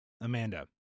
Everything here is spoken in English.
Amanda